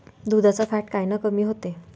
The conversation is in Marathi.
दुधाचं फॅट कायनं कमी होते?